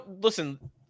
listen